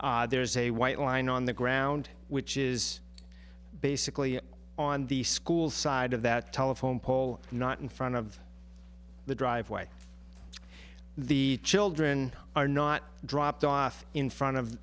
there's a white line on the ground which is basically on the school side of that telephone pole not in front of the driveway the children are not dropped off in front of